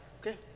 Okay